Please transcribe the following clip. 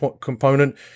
component